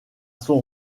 son